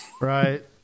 Right